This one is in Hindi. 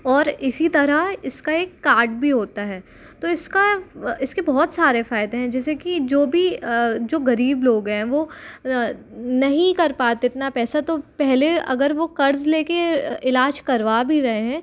और इसी तरह इसका एक कार्ड भी होता है तो इसका इसके बहुत सारे फ़ायदे हैं जैसे कि जो भी जो ग़रीब लोग हैं वो नहीं कर पाते इतना पैसा तो पहले अगर वो क़र्ज़ ले कर इलाज करवा भी रहे हैं